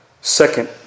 Second